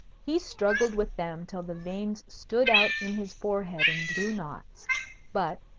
he struggled with them till the veins stood out in his forehead in blue knots but,